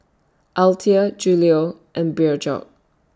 Althea Julio and Bjorn